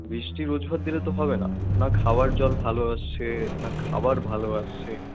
বৃষ্টির অজুহাত দিলে তো হবে না না খাওয়ার জল ভালো আসছে না খাবার ভালো আসছে